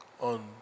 on